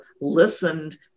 listened